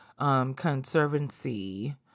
conservancy